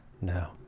No